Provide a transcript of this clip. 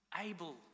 able